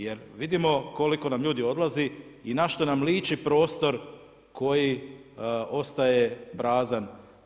Jer vidimo koliko nam ljudi odlazi i na što nam liči prostor koji ostaje prazan.